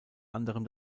anderem